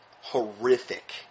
horrific